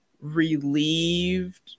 relieved